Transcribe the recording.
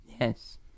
Yes